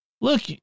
Look